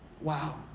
Wow